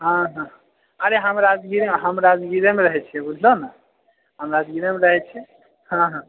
आ हाँ अरे हम राजगीरेमे रहै छिऐ बुझलहुँ ने हम राजगीरेमे रहैत छी हाँ हाँ